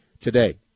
today